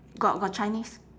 got got chinese